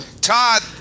Todd